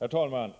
Herr talman!